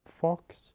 Fox